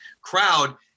crowd